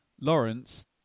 Lawrence